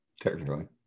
Technically